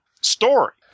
story